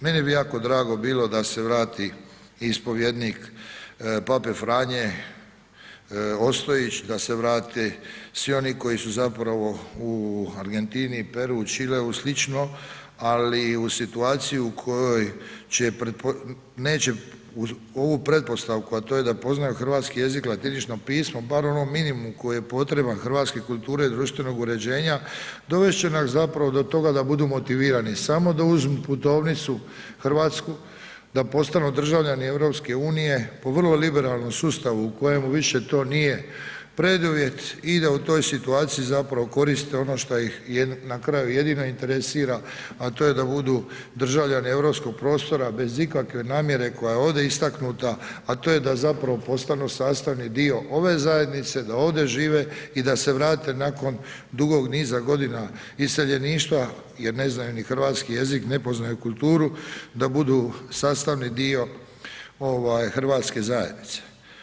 Meni bi jako drago bilo da se vrati ispovjednik pape Franje Ostojić, da se vrate svi oni koji su zapravo u Argentini, Peruu, Čileu, slično, ali u situaciji u kojoj neće ovu pretpostavku a to je da poznaju hrvatsku jezik i latinično pismo, bar ono minimum koji je potreban hrvatske kulture i društvenog uređenja, dovest će nas zapravo do toga budu motivirani samo da uzmu putovnicu hrvatsku, da postani državljani EU-a po vrlo liberalnom sustavu u kojemu više to nije preduvjet i da u toj situaciji zapravo koriste ono što ih na kraju jedino interesira a to je da budu državljani europskog prostora bez ikakve namjere koja je ovdje istaknuta a to je da zapravo postanu sastavni dio ove zajednice, da ovdje žive i da se vrate nakon dugog niza godina iseljeništva jer znaju ni hrvatski jezik, ne poznaju kulturu, da budu sastavni dio hrvatske zajednice.